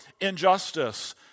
injustice